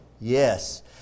Yes